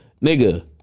nigga